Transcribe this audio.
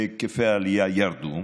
והיקפי העלייה ירדו.